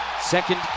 Second